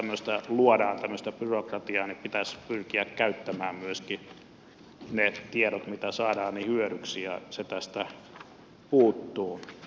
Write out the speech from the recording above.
jos tämmöistä byrokratiaa luodaan pitäisi pyrkiä käyttämään myöskin ne tiedot mitä saadaan hyödyksi ja se tästä puuttuu